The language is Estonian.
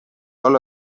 olla